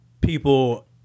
people